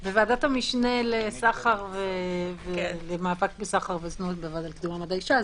-- בוועדת המשנה למאבק בסחר בזנות בוועדה לקידום מעמד האישה,